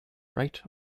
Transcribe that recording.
right